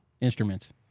instruments